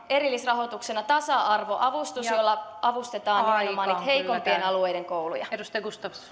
erillisrahoituksena tasa arvoavustus jolla avustetaan nimenomaan heikoimpien alueiden kouluja